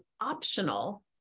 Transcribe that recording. optional